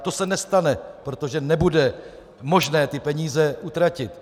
To se nestane, protože nebude možné peníze utratit.